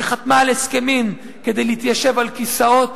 שחתמה על הסכמים כדי להתיישב על כיסאות,